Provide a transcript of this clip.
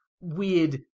weird